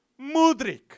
Mudrik